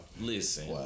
listen